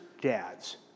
dads